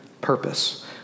purpose